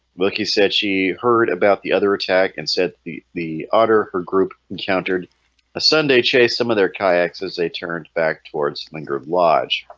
look he said she heard about the other attack and said the the otter her group encountered a sunday chase some of their kayaks as they turned back towards lingered lodge